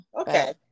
okay